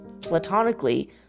platonically